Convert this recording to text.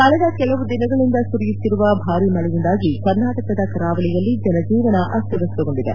ಕಳೆದ ಕೆಲವು ದಿನಗಳಿಂದ ಸುರಿಯುತ್ತಿರುವ ಭಾರಿ ಮಳೆಯಿಂದಾಗಿ ಕರ್ನಾಟಕದ ಕರಾವಳಿಯಲ್ಲಿ ಜನಜೀವನ ಅಸ್ತವ್ಸಸ್ತಗೊಂಡಿದೆ